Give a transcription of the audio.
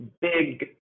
big